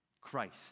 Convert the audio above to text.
Christ